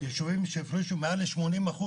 ישובים שהפרישו מעל ל-80%,